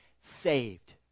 saved